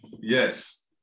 Yes